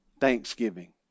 thanksgiving